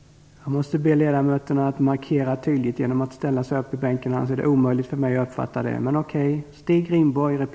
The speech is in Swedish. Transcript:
Jag skall se till att Per Rosengren därefter får ett exemplar av betänkandet.